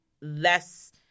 less